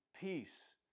peace